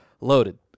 loaded